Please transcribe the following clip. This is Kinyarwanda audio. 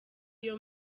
iyo